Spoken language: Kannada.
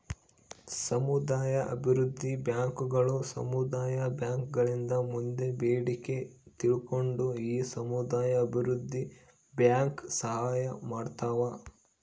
ಸಮುದಾಯ ಅಭಿವೃದ್ಧಿ ಬ್ಯಾಂಕುಗಳು ಸಮುದಾಯ ಬ್ಯಾಂಕ್ ಗಳಿಂದ ಮಂದಿ ಬೇಡಿಕೆ ತಿಳ್ಕೊಂಡು ಈ ಸಮುದಾಯ ಅಭಿವೃದ್ಧಿ ಬ್ಯಾಂಕ್ ಸಹಾಯ ಮಾಡ್ತಾವ